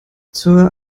zur